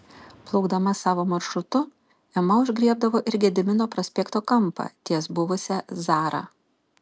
plaukdama savo maršrutu ema užgriebdavo ir gedimino prospekto kampą ties buvusia zara